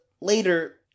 later